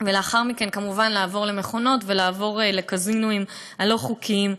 ולאחר מכן כמובן לעבור למכונות ולעבור לקזינואים הלא-חוקיים.